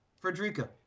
Frederica